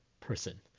person